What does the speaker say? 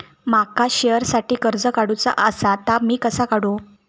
माका शेअरसाठी कर्ज काढूचा असा ता मी कसा काढू?